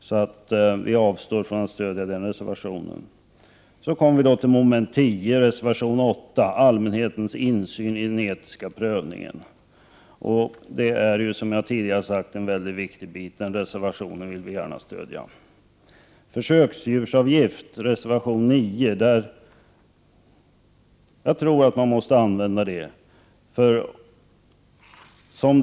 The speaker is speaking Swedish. Vi avstår därför från att stödja den reservationen. Då kommer vi till mom. 10 och reservation 8, om allmänhetens insyn i den etiska prövningen. Som jag har sagt tidigare är detta mycket viktigt. Den reservationen vill jag mycket gärna stödja. Reservation 9 handlar om försöksdjursavgift. Jag tror att man måste använda en sådan avgift.